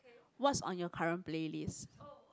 what's on your current playlists